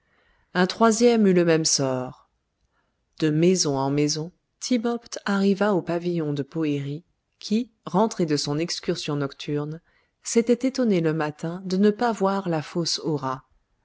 un troisième eut le même sort de maison en maison timopht arriva au pavillon de poëri qui rentré de son excursion nocturne s'était étonné le matin de ne pas voir la fausse